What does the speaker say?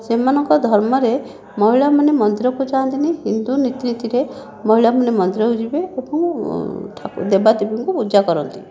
ସେମାନଙ୍କ ଧର୍ମରେ ମହିଳାମାନେ ମନ୍ଦିରକୁ ଯାଆନ୍ତିନାହିଁ ହିନ୍ଦୁ ରୀତି ନୀତିରେ ମହିଳାମାନେ ମନ୍ଦିରକୁ ଯିବେ ଏବଂ ଦେବାଦେବୀଙ୍କୁ ପୂଜା କରନ୍ତି